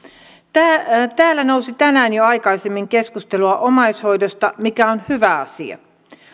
täällä nousi tänään jo aikaisemmin keskustelua omaishoidosta mikä on hyvä asia